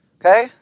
Okay